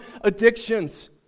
addictions